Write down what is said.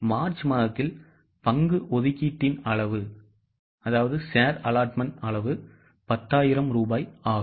மார்ச்மாதத்தில் பங்கு ஒதுக்கீட்டின் அளவு 10000 ரூபாய் ஆகும்